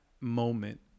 moment